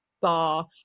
bar